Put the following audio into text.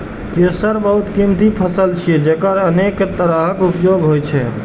केसर बहुत कीमती फसल छियै, जेकर अनेक तरहक उपयोग होइ छै